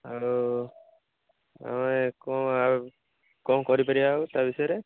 ଆଉ କଣ କଣ କରିପାରିବା ଆଉ ତା ବିଷୟରେ